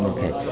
Okay